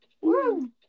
Woo